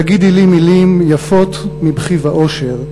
/ תגידי לי מילים יפות / מבכי ואושר,